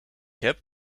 heb